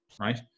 Right